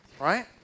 Right